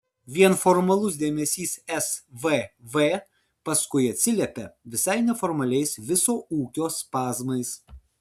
vien formalus dėmesys svv paskui atsiliepia visai neformaliais viso ūkio spazmais